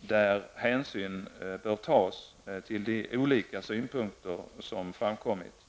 där hänsyn bör tas till de olika synpunkter som framkommit.